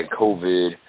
COVID